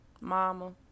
mama